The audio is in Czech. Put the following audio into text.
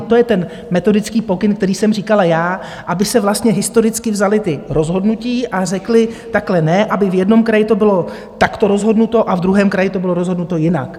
To je ten metodický pokyn, který jsem říkala já, aby se vlastně historicky vzala ta rozhodnutí a řeklo se takhle ne, aby v jednom kraji to bylo takto rozhodnuto a v druhém kraji to bylo rozhodnuto jinak.